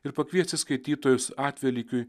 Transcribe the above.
ir pakviesti skaitytojus atvelykiui